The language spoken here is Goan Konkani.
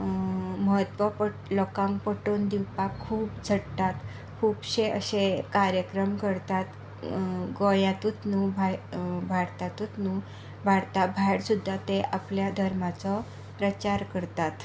म्हत्व लोकांक पटोवन दिवपाक खूब झट्टात खुबशे अशे कार्यक्रम करतात गोंयांतूच न्हय भायर भारतांतूच न्हय भारता भायर सुद्दां ते आपल्या धर्माचो प्राचार करतात